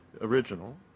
original